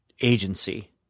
agency